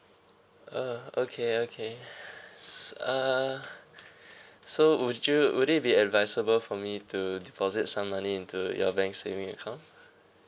uh okay okay so uh so would you would it be advisable for me to deposit some money into your bank saving account